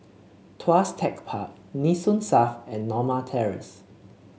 Tuas Tech Park Nee Soon South and Norma Terrace